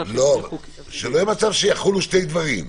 שלא יהיה מצב שיחולו שני דברים.